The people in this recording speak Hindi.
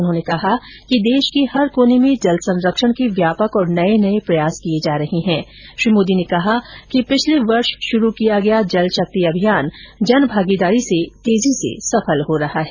उन्होंने कहा कि देश के हर कोने में जल संरक्षण के व्यापक और नये नये प्रयास किये जा रहे है श्री मोदी ने कहा कि पिछले वर्ष शुरू किया गया जल शक्ति अभियान जनभागीदारी से तेजी से सफल हो रहा है